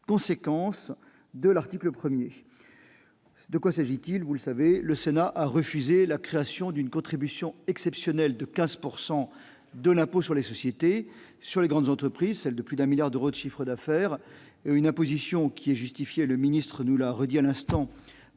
de quoi s'agit-il,